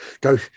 go